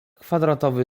kwadratowy